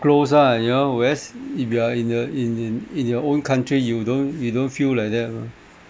close ah you know whereas if you are in your in in in your own country you don't you don't feel like that lah